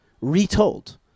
retold